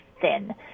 thin